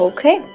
Okay